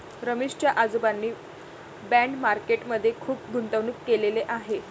रमेश च्या आजोबांनी bond market मध्ये खुप गुंतवणूक केलेले आहे